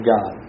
God